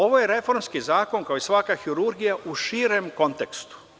Ovo je reformski zakon kao i svaka hirurgija u širem kontekstu.